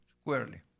squarely